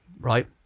right